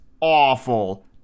awful